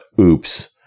oops